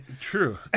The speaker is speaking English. True